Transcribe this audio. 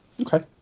okay